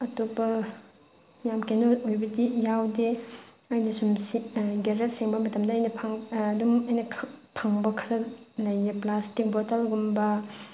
ꯑꯇꯣꯞꯄ ꯌꯥꯝ ꯀꯩꯅꯣ ꯑꯣꯏꯕꯗꯤ ꯌꯥꯎꯗꯦ ꯑꯩꯅꯁꯨꯝ ꯁꯤꯠ ꯅꯥꯟꯒꯦꯔꯥ ꯁꯦꯡꯕ ꯃꯇꯝꯗ ꯑꯩꯅ ꯐꯪ ꯑꯗꯨꯝ ꯑꯩꯅ ꯈꯪ ꯐꯪꯕ ꯈꯔ ꯂꯩꯌꯦ ꯄ꯭ꯂꯥꯁꯇꯤꯛ ꯕꯣꯇꯜꯒꯨꯝꯕ